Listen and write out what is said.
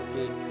okay